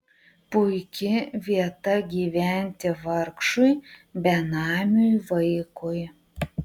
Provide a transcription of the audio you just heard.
puiki vieta gyventi vargšui benamiui vaikui